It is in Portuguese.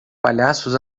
palhaços